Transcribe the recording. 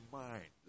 mind